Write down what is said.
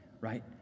right